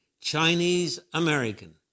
Chinese-American